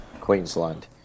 Queensland